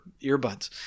earbuds